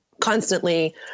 constantly